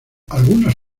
algunas